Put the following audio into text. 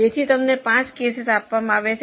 તેથી તમને પાંચ કેસીસ આપવામાં આવ્યા છે